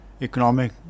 economic